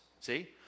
See